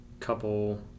couple